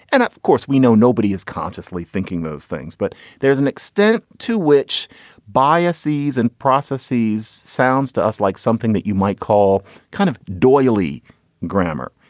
and of course, we know nobody is consciously thinking those things. but there's an extent to which biases and processes sounds to us like something that you might call kind of d'oyly grammar.